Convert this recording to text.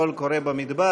קול קורא במדבר.